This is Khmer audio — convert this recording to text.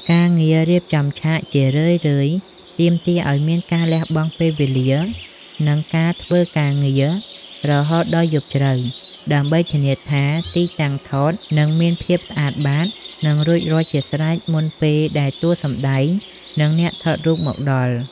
ការងាររៀបចំឆាកជារឿយៗទាមទារឱ្យមានការលះបង់ពេលវេលា និងការធ្វើការងាររហូតដល់យប់ជ្រៅ ដើម្បីធានាថាទីតាំងថតនឹងមានភាពស្អាតបាត និងរួចរាល់ជាស្រេចមុនពេលដែលតួសម្ដែង និងអ្នកថតរូបមកដល់។